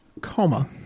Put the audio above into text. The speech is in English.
Coma